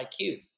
IQ